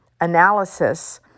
analysis